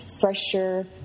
fresher